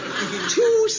Two